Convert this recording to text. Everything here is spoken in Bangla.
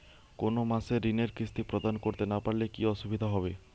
কোনো মাসে ঋণের কিস্তি প্রদান করতে না পারলে কি অসুবিধা হবে?